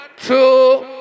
two